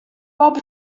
bob